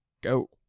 go